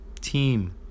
team